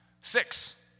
Six